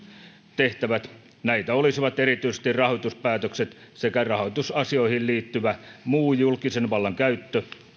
näitä olisivat erityisesti rahoituspäätökset sekä rahoitusasioihin liittyvä muu julkisen vallan käyttö